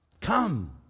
come